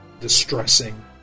distressing